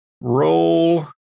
roll